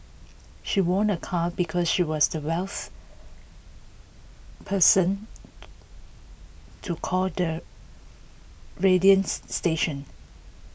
she won A car because she was the wealth person to call the radians station